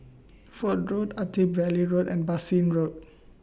Fort Road Attap Valley Road and Bassein Road